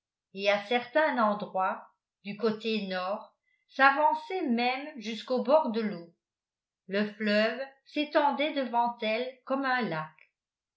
et à certain endroit du côté nord s'avançaient même jusqu'au bord de l'eau le fleuve s'étendait devant elles comme un lac